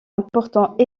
important